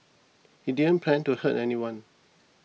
he didn't plan to hurt anyone